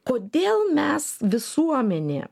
kodėl mes visuomenė